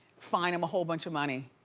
fine him a whole bunch of money,